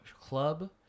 club